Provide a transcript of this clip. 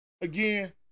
Again